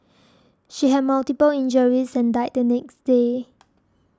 she had multiple injuries and died the next day